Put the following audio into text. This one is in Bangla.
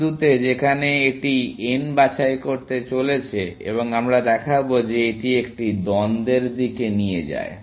বিন্দুতে যেখানে এটি n বাছাই করতে চলেছে এবং আমরা দেখাব যে এটি একটি দ্বন্দ্বের দিকে নিয়ে যায়